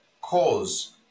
cause